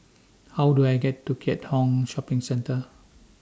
How Do I get to Keat Hong Shopping Centre